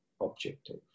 objective